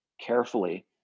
carefully